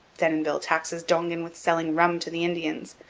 denonville taxes dongan with selling rum to the indians.